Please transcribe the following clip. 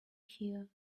here